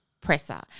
Presser